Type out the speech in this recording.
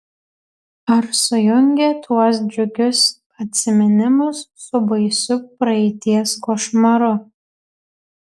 ar sujungė tuos džiugius atsiminimus su baisiu praeities košmaru